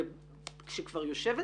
כשכבר יושבת